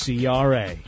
CRA